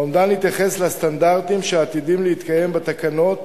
האומדן התייחס לסטנדרטים שעתידים להתקיים בתקנות,